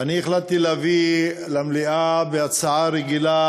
אני החלטתי להביא למליאה בהצעה רגילה